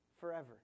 forever